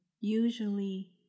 Usually